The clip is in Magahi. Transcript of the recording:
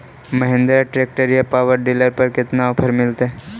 महिन्द्रा ट्रैक्टर या पाबर डीलर पर कितना ओफर मीलेतय?